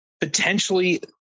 potentially